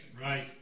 Right